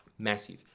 Massive